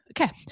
Okay